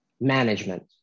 management